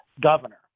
governor